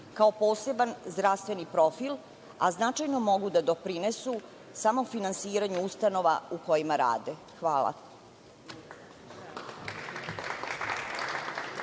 kao poseban zdravstveni profil, a značajno mogu da doprinesu samofinansiranju ustanova u kojima rade? Hvala.